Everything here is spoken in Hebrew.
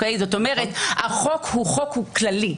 זאת אומרת, החוק הוא חוק כללי.